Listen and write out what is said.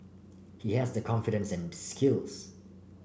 he has the confidence and skills